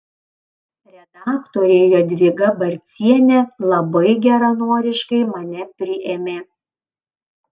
redaktorė jadvyga barcienė labai geranoriškai mane priėmė